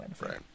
right